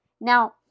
Now